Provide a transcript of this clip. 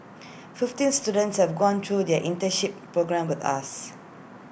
fifteen students have gone through their internship programme with us